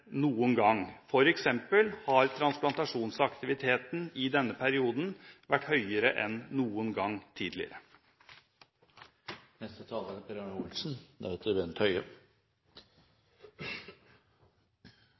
noen gang. For eksempel har transplantasjonsaktiviteten i denne perioden vært høyere enn noen gang tidligere. Neste taler er Per Arne Olsen,